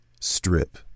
Strip